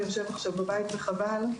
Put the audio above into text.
ויושב עכשיו בבית וחבל,